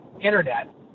internet